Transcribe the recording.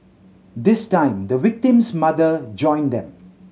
this time the victim's mother joined them